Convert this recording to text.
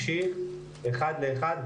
ממשיך אחד לאחד,